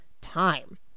time